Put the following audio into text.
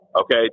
okay